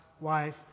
wife